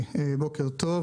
בוקר טוב.